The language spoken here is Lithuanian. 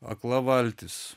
akla valtis